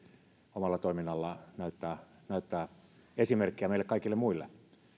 omalla toiminnallaan näyttää näyttää esimerkkiä meille kaikille muille